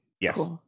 yes